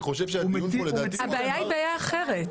הבעיה היא בעיה אחרת.